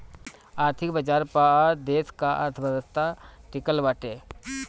आर्थिक बाजार पअ ही देस का अर्थव्यवस्था टिकल बाटे